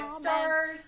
stars